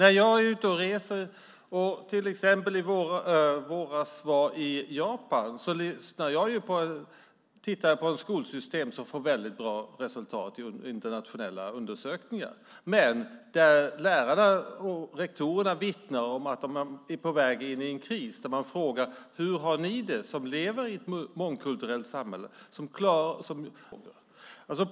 I våras var jag i Japan och tittade på ett skolsystem som får mycket bra resultat i internationella undersökningar. Där vittnade dock lärare och rektorer om att man är på väg in i en kris. Man undrade hur vi har det som lever i ett mångkulturellt samhälle och som brottas med dessa frågor.